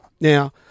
Now